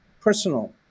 personal